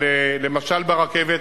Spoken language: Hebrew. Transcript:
למשל ברכבת,